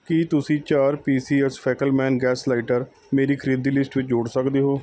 ਕੀ ਤੁਸੀਂ ਚਾਰ P C S Fackelmann gas lighter ਮੇਰੀ ਖਰੀਦੀ ਲਿਸਟ ਵਿੱਚ ਜੋੜ ਸਕਦੇ ਹੋ